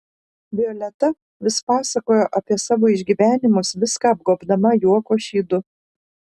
violeta vis pasakojo apie savo išgyvenimus viską apgobdama juoko šydu